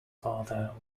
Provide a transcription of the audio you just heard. father